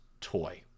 toy